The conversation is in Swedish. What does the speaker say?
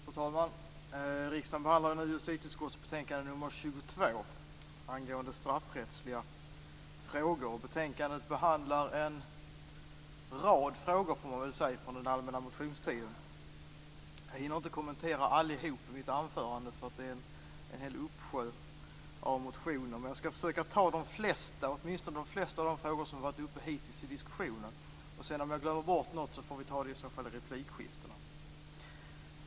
Fru talman! Riksdagen behandlar nu justitieutskottets betänkande nr 22 angående straffrättsliga frågor. Betänkande behandlar en rad frågor från den allmänna motionstiden. Jag hinner inte kommentera allihop i mitt anförande. Det är en hel uppsjö motioner. Men jag skall försöka kommentera de flesta, åtminstone de flesta av de frågor som har varit uppe hittills i diskussionen. Om jag glömmer bort något får vi i så fall ta upp det i replikskiftena.